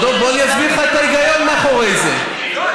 אבל דב,